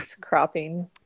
cropping